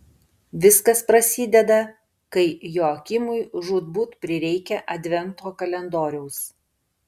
viskas prasideda kai joakimui žūtbūt prireikia advento kalendoriaus